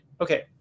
Okay